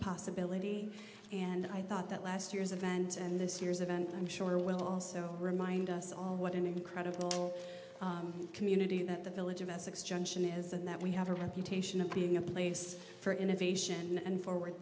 possibility and i thought that last year's event and this year's event i'm sure will also remind us all what an incredible community that the village of essex junction is in that we have a reputation of being a place for innovation and forward